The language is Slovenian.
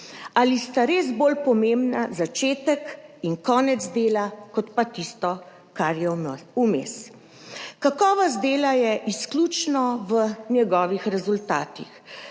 Ali sta res bolj pomembna začetek in konec dela kot pa tisto, kar je vmes? Kakovost dela je izključno v njegovih rezultatih.